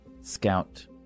scout